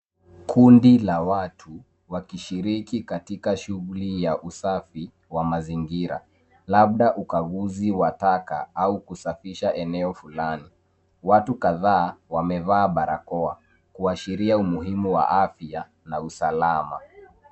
Kundi la watu wakishiriki katika shughuli ya usafi wa mazingira labda ukaguzi wa taka au kusafisha eneo fulani. Watu kadhaa wamevaa barakoa kuashiria umuhimu wa afya na usalama.